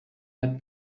had